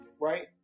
right